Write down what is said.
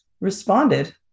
responded